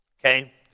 okay